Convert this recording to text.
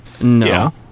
No